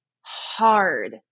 hard